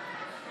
זה